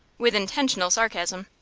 with intentional sarcasm,